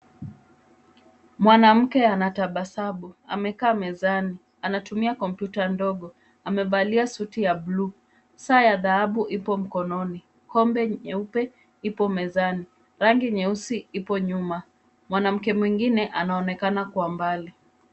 Mwanamke ametabasamu. Amekaa mezani. Anatumia kompyuta ndogo. Amevalia suti ya buluu. Saa ya dhahabu ipo mkononi. Kombe nyeupe ipo mezani. Rangi nyeusi ipo nyuma. Mwanamke mwengine anaonekana kwa mbali.